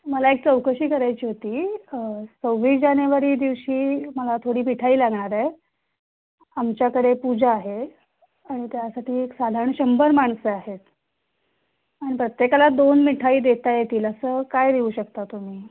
मला एक चौकशी करायची होती सव्वीस जानेवारी दिवशी मला थोडी मिठाई लागणार आहे आमच्याकडे पूजा आहे आणि त्यासाठी एक साधारण शंभर माणसं आहेत आणि प्रत्येकाला दोन मिठाई देता येतील असं काय देऊ शकता तुम्ही